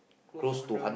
close one hundred